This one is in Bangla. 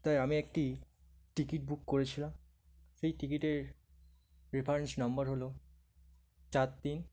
তাই আমি একটি টিকিট বুক করেছিলাম সেই টিকিটের রেফারেন্স নাম্বার হলো চার তিন